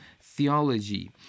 theology